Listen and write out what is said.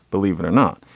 believe it or not.